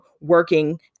working